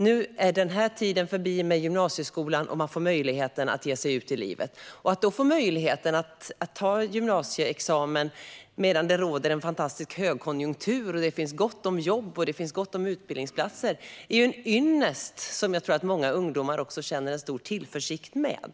Nu är tiden med gymnasieskolan förbi, och man får möjligheten att ge sig ut i livet. Att få möjlighet att ta gymnasieexamen medan det råder en fantastisk högkonjunktur, det finns gott om jobb och det finns gott om utbildningsplatser är en ynnest som jag tror att många ungdomar känner en stor tillförsikt med.